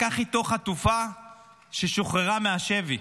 לקח איתו חטופה ששוחררה מהשבי.